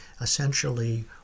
essentially